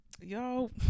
Y'all